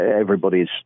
everybody's